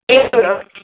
देरस'ल'